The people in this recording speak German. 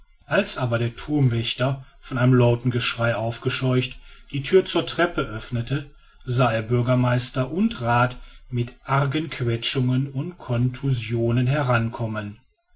als aber der thurmwächter von einem lauten geschrei aufgescheucht die thür zur treppe öffnete sah er bürgermeister und rath mit argen quetschungen und contusionen herankommen